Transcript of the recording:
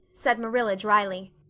said marilla dryly.